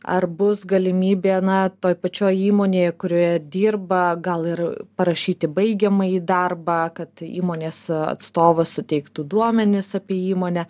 ar bus galimybė na toj pačioj įmonėje kurioje dirba gal ir parašyti baigiamąjį darbą kad įmonės atstovas suteiktų duomenis apie įmonę